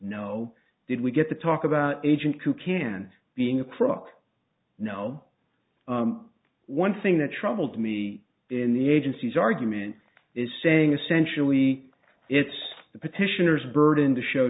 no did we get to talk about agent who can being a crock now one thing that troubled me in the agency's argument is saying essentially it's the petitioners burden to show